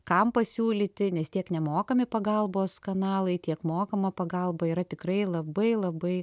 kam pasiūlyti nes tiek nemokami pagalbos kanalai tiek mokama pagalba yra tikrai labai labai